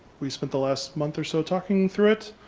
we spent the last month or so talking through it,